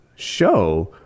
show